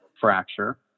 fracture